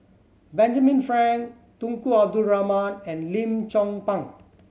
Benjamin Frank Tunku Abdul Rahman and Lim Chong Pang